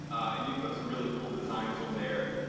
and you can put some really cool designs on there.